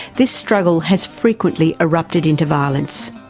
this struggle has frequently erupted into violence.